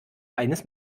eines